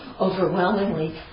overwhelmingly